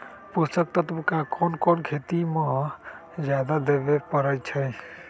पोषक तत्व क कौन कौन खेती म जादा देवे क परईछी?